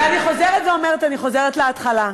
ואני חוזרת ואומרת, אני חוזרת להתחלה: